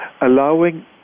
allowing